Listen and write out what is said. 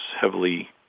heavily